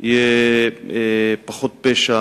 יהיה פחות פשע